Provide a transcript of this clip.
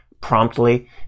promptly